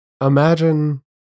imagine